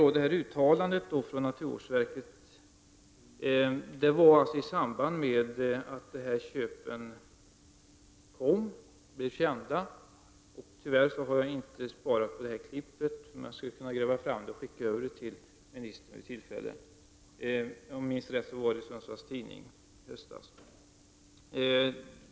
Uttalandet från naturvårdsverket fälldes i samband med att dessa köp blev kända. Tyvärr har jag inte sparat urklippet, men jag skulle kunna ta fram det och skicka över det till ministern vid tillfälle. Om jag minns rätt var artikeln från ett nummer av Sundsvalls Tidning i höstas.